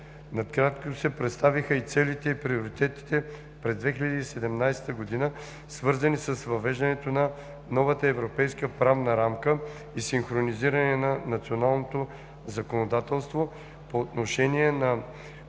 Накратко се представиха и целите, и приоритетите през 2017 г., свързани с въвеждането на новата Европейска правна рамка и синхронизиране на националното законодателство по отношение на